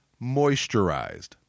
moisturized